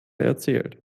erzählt